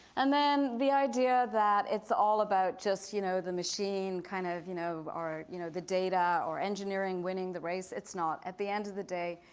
and then, the idea that it's all about just you know the machine kind of you know or you know the data or engineering winning the race, it's not. at the end of the day,